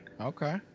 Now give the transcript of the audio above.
Okay